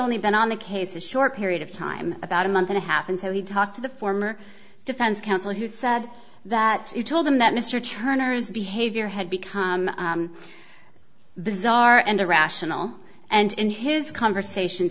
only been on the case a short period of time about a month and a half and so he talked to the former defense counsel who said that he told them that mr turner's behavior had become bizarre and irrational and in his conversations